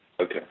Okay